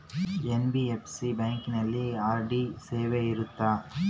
NBFC ಬ್ಯಾಂಕಿನಲ್ಲಿ RD ಸೇವೆ ಇರುತ್ತಾ?